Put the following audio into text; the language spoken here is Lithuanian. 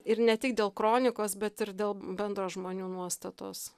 ir ne tik dėl kronikos bet ir dėl bendro žmonių nuostatos